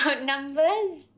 Numbers